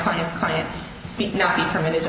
clients client not be permitted to